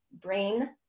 brain